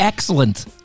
Excellent